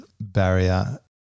barrier